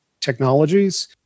technologies